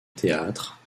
théâtre